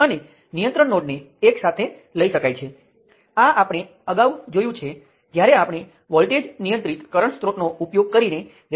હવે સર્કિટના નોડ્સ પર KCL થી શરૂ કરવાને બદલે તમે લૂપની આસપાસ KVL થી પણ શરૂ કરી શકો છો